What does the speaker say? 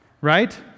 right